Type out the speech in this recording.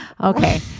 okay